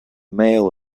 mail